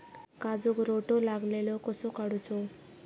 काजूक रोटो लागलेलो कसो काडूचो?